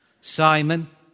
Simon